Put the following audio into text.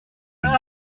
denis